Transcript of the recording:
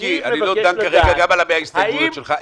מיקי, אני לא דן כרגע גם על 100 ההסתייגויות שלך.